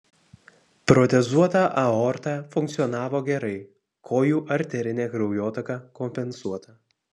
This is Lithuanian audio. protezuota aorta funkcionavo gerai kojų arterinė kraujotaka kompensuota